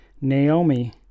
Naomi